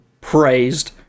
praised